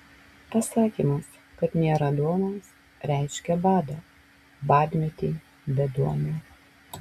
pasakymas kad nėra duonos reiškė badą badmetį beduonę